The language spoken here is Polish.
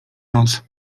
noc